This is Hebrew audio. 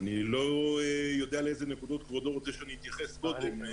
אני לא יודע לאיזה נקודות כבודו רוצה שאני אתייחס קודם.